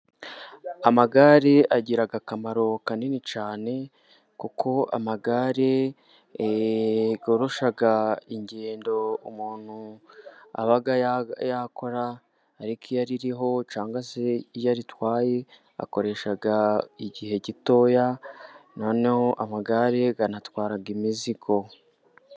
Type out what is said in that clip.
Amagare agira akamaro kanini cyane kuko amagare yoroshya ingendo umuntu aba yakora, ariko iyo aririho cyangwa se iyo aritwaye akoresha igihe gitoya, noneho amagare anatwara imizigo.